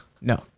No